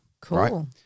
Cool